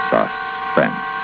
Suspense